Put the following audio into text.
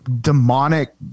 demonic